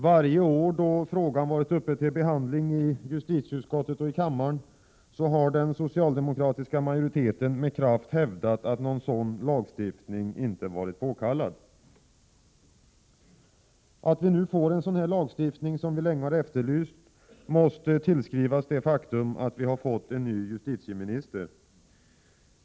Varje år som frågan har varit uppe till behandling i justitieutskottet och i denna kammare har den socialdemokratiska majoriteten med kraft hävdat att någon sådan lagstiftning inte varit påkallad. Att vi nu får en sådan lagstiftning som vi länge har efterlyst måste tillskrivas det faktum att vi har fått en ny justitieminister.